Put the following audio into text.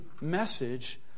message